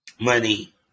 money